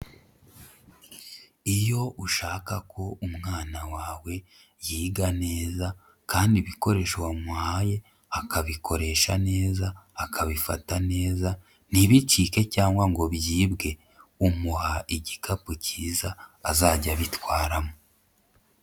Iyo ushaka ko umwana wawe yiga neza kandi ibikoresho wamuhaye akabikoresha neza akabifata neza ntibicike cyangwa ngo byibwe umuha igikapu kiza azajya abitwaramo.